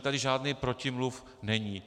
Tady žádný protimluv není.